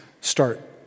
start